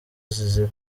zizira